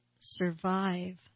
survive